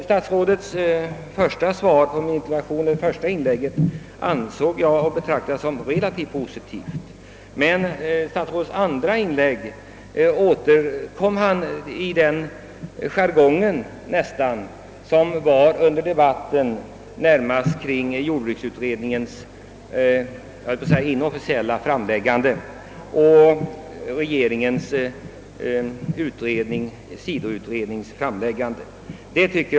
Statsrådets första inlägg betraktade jag som relativt positivt, men i sitt andra anförande återföll han i den gamla jargongen som förekom under debatten i samband med jordbruksutredningens, så att säga, officiella framläggande, jag menar utredningsmajoritetens liksom regeringens sidoutredning. Detta inger verkligen bekymmer.